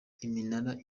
iminara